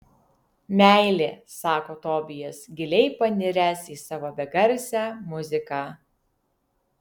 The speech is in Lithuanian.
meilė sako tobijas giliai paniręs į savo begarsę muziką